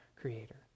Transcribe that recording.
Creator